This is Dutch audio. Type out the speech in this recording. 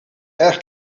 erg